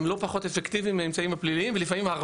הן לא פחות אפקטיביים מהאמצעים הפליליים,